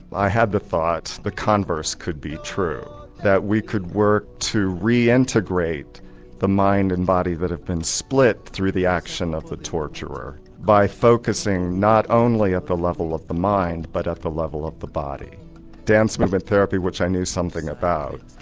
i had the thought the converse could be true that we could work to reintegrate the mind and body that had been split through the action of the torturer by focusing not only at the level of the mind but at the level of the body. that dance movement therapy, which i knew something about,